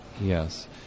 Yes